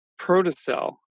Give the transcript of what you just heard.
protocell